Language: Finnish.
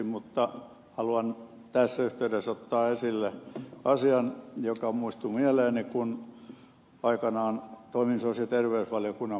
mutta haluan tässä yhteydessä ottaa esille asian joka muistui mieleeni kun aikanaan toimin sosiaali ja terveysvaliokunnan puheenjohtajana